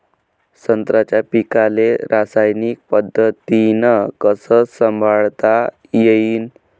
संत्र्याच्या पीकाले रासायनिक पद्धतीनं कस संभाळता येईन?